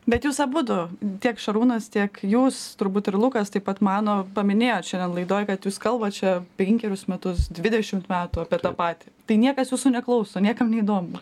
bet jūs abudu tiek šarūnas tiek jūs turbūt ir lukas taip pat mano paminėjot šiandien laidoj kad jūs kalbat čia penkerius metus dvidešim metų apie tą patį tai niekas jūsų neklauso niekam neįdomu